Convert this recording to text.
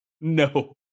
No